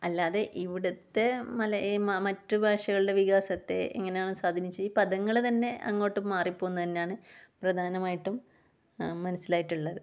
അല്ലാതെ ഇവിടുത്തെ മല മറ്റു ഭാഷകൾടെ വികാസത്തെ എങ്ങനാണ് സ്വാധീനിച്ചത് ഈ പദങ്ങള് തന്നെ അങ്ങോട്ടും മാറിപ്പോവുന്ന തന്നാണ് പ്രധാനമായിട്ടും മനസ്സിലായിട്ടുള്ളത്